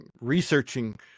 researching